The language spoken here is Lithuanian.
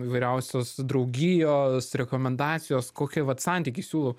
įvairiausios draugijos rekomendacijos kokį vat santykį siūlo